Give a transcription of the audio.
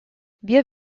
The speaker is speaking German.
wir